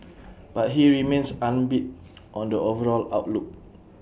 but he remains upbeat on the overall outlook